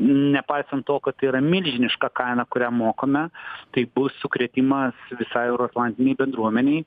nepaisant to kad tai yra milžiniška kaina kurią mokame tai bus sukrėtimas visai euroatlantinei bendruomenei